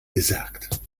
gesagt